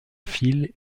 file